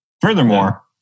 Furthermore